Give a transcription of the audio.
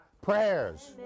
prayers